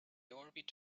orbit